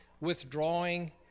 withdrawing